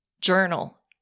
Journal